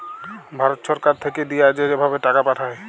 ভারত ছরকার থ্যাইকে দিঁয়া যে ভাবে টাকা পাঠায়